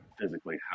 physically